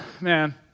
Man